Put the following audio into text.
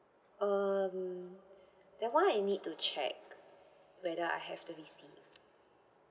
um that one I need to check whether I have the receipt